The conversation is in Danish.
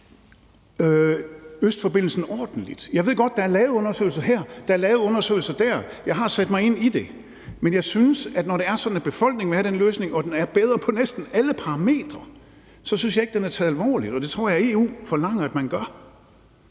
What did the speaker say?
østforbindelsen ordentligt. Jeg ved godt, at der er lavet undersøgelser her, og at der er lavet undersøgelser der – jeg har sat mig ind i det – men når det er sådan, at befolkningen vil have den løsning og den er bedre på næsten alle parametre, så synes jeg ikke, den er taget alvorligt, og det tror jeg at EU forlanger at man gør.